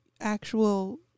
actual